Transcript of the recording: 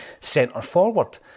centre-forward